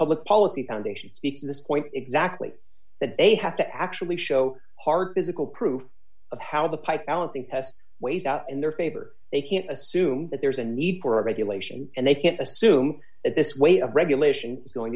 public policy foundation speak to this point exactly that they have to actually show hard physical proof of how the pipe balancing test weighs out in their favor they can't assume that there's a need for a regulation and they can't assume that this way of regulation is going